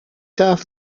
darf